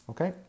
Okay